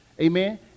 Amen